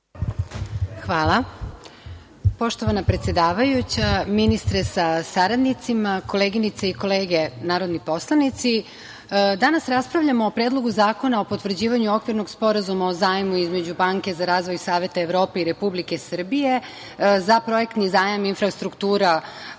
Hvala. Poštovana predsedavajuća, ministre sa saradnicima, koleginice i kolege narodni poslanici, danas raspravljamo o Predlogu zakona o potvrđivanju Okvirnog sporazuma o zajmu između Banke za razvoj Saveta Evrope i Republike Srbije za projektni zajam infrastruktura